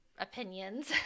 opinions